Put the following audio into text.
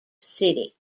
city